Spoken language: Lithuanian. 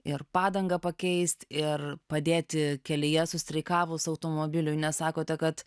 ir padangą pakeist ir padėti kelyje sustreikavus automobiliui nesakote kad